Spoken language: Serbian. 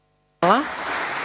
Hvala